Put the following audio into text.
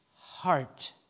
heart